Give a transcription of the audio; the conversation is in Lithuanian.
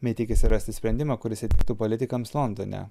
bei tikisi rasti sprendimą kuris įtiktų politikams londone